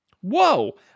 Whoa